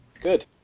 Good